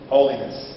Holiness